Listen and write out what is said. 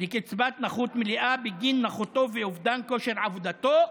לקצבת נכות מלאה בגין נכותו ואובדן כושר עבודתו,